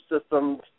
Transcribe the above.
systems